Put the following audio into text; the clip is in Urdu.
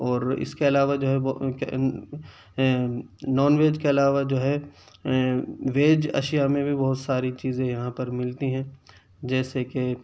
اور اس کے علاوہ جو ہے نان ویج کے علاوہ جو ہے ویج اشیا میں بھی بہت ساری چیزیں یہاں پر ملتی ہیں جیسے کہ